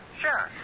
sure